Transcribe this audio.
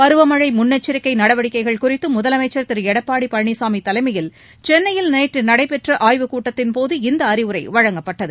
பருவமழை முன்னெச்சரிக்கை நடவடிக்கைகள் குறித்து முதலமைச்சர் திரு எடப்பாடி பழனிசாமி தலைமையில் சென்னையில் நேற்று நடைபெற்ற ஆய்வுக் கூட்டத்தின் போது இந்த அறிவுரை வழங்கப்பட்டது